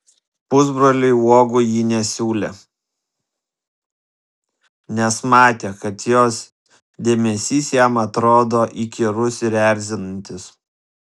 pusbroliui uogų ji nesiūlė nes matė kad jos dėmesys jam atrodo įkyrus ir erzinantis